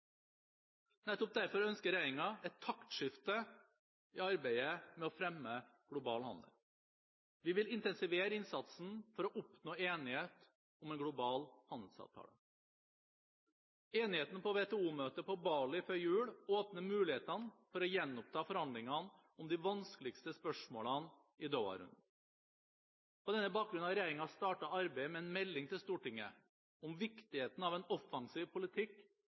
Nettopp derfor ønsker regjeringen et taktskifte i arbeidet med å fremme global handel. Vi vil intensivere innsatsen for å oppnå enighet om en global handelsavtale. Enigheten på WTO-møtet på Bali før jul åpner mulighetene for å gjenoppta forhandlingene om de vanskeligste spørsmålene i Doha-runden. På denne bakgrunn har regjeringen startet arbeidet med en melding til Stortinget om viktigheten av en offensiv politikk